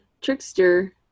trickster